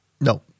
No